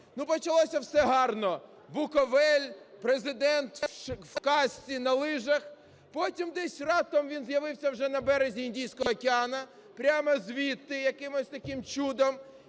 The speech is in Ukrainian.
Ну, почалося все гарно: Буковель, Президент у касці на лижах. Потім десь раптом він з'явився вже на березі Індійського океану, прямо звідти якимось таким чудом.